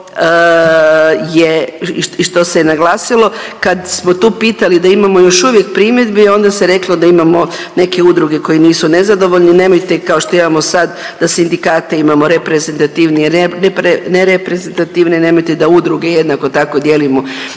i što se je naglasilo kad smo tu pitali da imamo još uvijek primjedbi, onda se reklo da imamo neke udruge koje nisu nezadovoljne. Nemojte kao što imamo sad da sindikate imamo reprezentativne, nereprezentativne. Nemojte da udruge jednako tako dijelimo